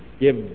give